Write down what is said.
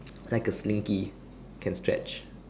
like a slinky can stretch